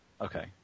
Okay